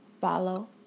follow